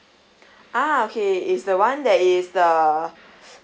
ah okay is the one that is the